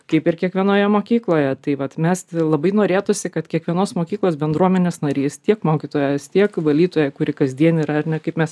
kaip ir kiekvienoje mokykloje tai vat mes tai labai norėtųsi kad kiekvienos mokyklos bendruomenės narys tiek mokytojas tiek valytoja kuri kasdien yra ar ne kaip mes